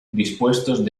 dispuestos